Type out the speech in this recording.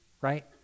Right